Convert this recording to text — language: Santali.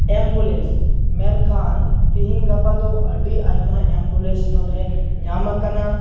ᱮᱢᱵᱩᱞᱮᱱᱥ ᱢᱮᱱᱠᱷᱟᱱ ᱛᱤᱦᱤᱧ ᱜᱟᱯᱟ ᱫᱚ ᱟᱹᱰᱤ ᱟᱭᱢᱟ ᱮᱢᱵᱩᱞᱮᱱᱥ ᱱᱚᱰᱮ ᱧᱟᱢ ᱟᱠᱟᱱᱟ